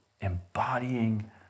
embodying